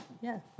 Yes